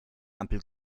ampel